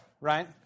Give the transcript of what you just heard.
right